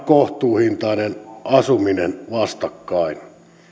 kohtuuhintainen asuminen vastakkain